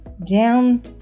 down